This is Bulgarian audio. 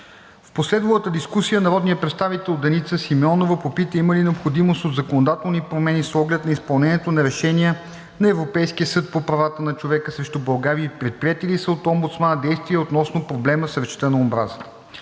В последвалата дискусия народният представител Деница Симеонова попита има ли необходимост от законодателни промени с оглед на изпълнението на решения на Европейския съд по правата на човека срещу България и предприети ли са от омбудсмана действия относно проблема с речта на омразата.